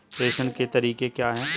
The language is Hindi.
प्रेषण के तरीके क्या हैं?